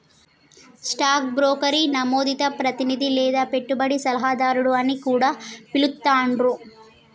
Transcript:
stock బ్రోకర్ని నమోదిత ప్రతినిధి లేదా పెట్టుబడి సలహాదారు అని కూడా పిలుత్తాండ్రు